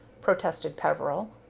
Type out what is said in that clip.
protested peveril.